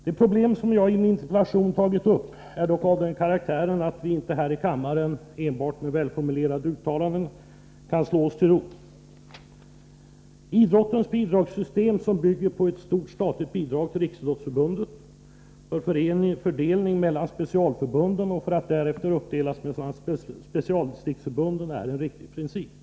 Det problem som jag tagit upp i min interpellation är dock av den karaktären att vi inte kan slå oss till ro här i kammaren med väl formulerade uttalanden. Idrottens bidragssystem, som bygger på ett stort statligt bidrag till Riksidrottsförbundet, att fördelas mellan specialförbunden och därefter mellan specialdistriktsförbunden, är grundat på en riktig princip.